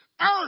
Earth